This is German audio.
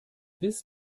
bis